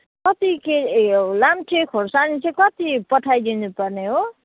कति के उयो लाम्चे खोर्सानी चाहिँ कति पठाई दिनुपर्ने हो